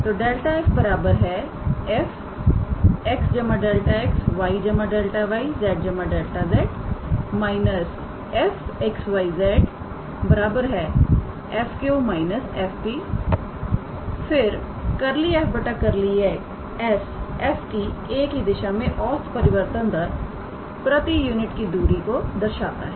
तो 𝛿𝑓 𝑓𝑥 𝛿𝑥 𝑦 𝛿𝑦 𝑧 𝛿𝑧 − 𝑓𝑥 𝑦 𝑧 𝑓𝑄 − 𝑓𝑃 फिर 𝜕𝑓 𝜕𝑠 f की 𝑎̂ की दिशा में औसत परिवर्तन दर प्रति यूनिट की दूरी को दर्शाता है